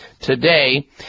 today